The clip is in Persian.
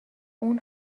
اون